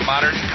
Modern